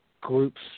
Groups